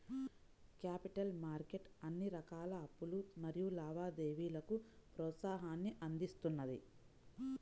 capital market అన్ని రకాల అప్పులు మరియు లావాదేవీలకు ప్రోత్సాహాన్ని అందిస్తున్నది